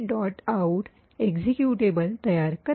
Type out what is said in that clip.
out executable तयार करेल